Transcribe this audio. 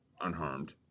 unharmed